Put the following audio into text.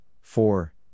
four